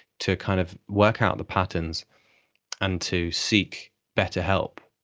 to kind of work out the patterns and to seek better help.